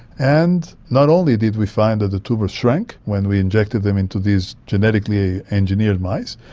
and not only did we find that the tumours shrank when we injected them into these genetically engineered mice,